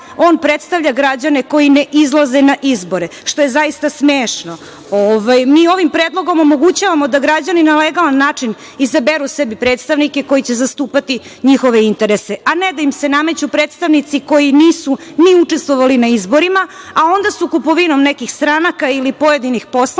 on predstavlja građane koji ne izlaze na izbore, što je zaista smešno. Mi ovim predlogom omogućavamo da građani na legalan način izaberu sebi predstavnike koji će zastupati njihove interese, a ne da im se nameću predstavnici koji nisu ni učestvovali na izborima, a onda su kupovinom nekih stranaka ili pojedinih poslanika